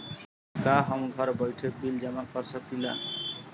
का हम घर बइठे बिल जमा कर शकिला?